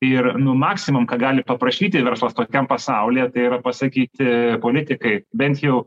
ir nu maksimum ką gali paprašyti verslas tokiam pasaulyje tai yra pasakyti politikai bent jau